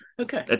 Okay